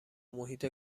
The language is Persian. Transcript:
محیط